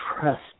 trust